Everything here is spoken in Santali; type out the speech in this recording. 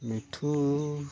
ᱢᱤᱴᱷᱩ